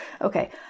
Okay